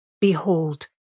Behold